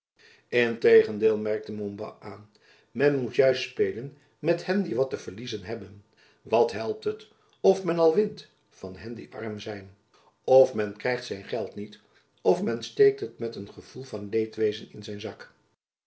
integendeel merkte montbas aan men moet juist spelen met hen die wat te verliezen hebben wat helpt het of men al wint van hen die arm zijn jacob van lennep elizabeth musch of men krijgt zijn geld niet of men steekt het met een gevoel van leedwezen in zijn zak